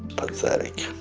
pathetic